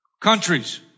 countries